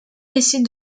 décide